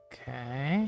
Okay